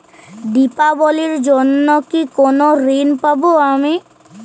দীপাবলির জন্য কি কোনো ঋণ পাবো আমি?